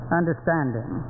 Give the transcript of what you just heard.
understanding